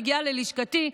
מגיע ללשכתי,